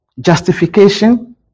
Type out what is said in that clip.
Justification